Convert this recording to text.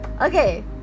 okay